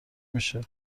میشه